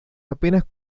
apenas